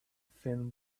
thin